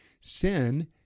Sin